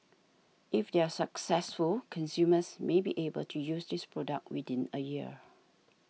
if they are successful consumers may be able to use this product within a year